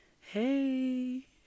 Hey